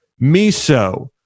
miso